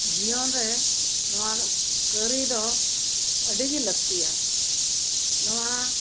ᱡᱤᱭᱚᱱ ᱨᱮ ᱱᱚᱣᱟ ᱠᱟᱹᱨᱤ ᱫᱚ ᱟᱹᱰᱤ ᱜᱮ ᱞᱟᱹᱠᱛᱤᱭᱟ ᱱᱚᱣᱟ